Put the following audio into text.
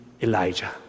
Elijah